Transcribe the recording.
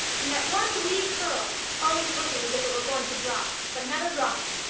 and that one wee curl, always looking as if it were going to drop, but never dropping,